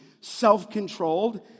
Self-controlled